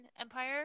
Empire